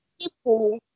people